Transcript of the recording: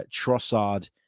Trossard